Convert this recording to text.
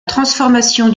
transformation